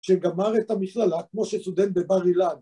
‫שגמר את המכללה ‫כמו שסטודנט בבר אילן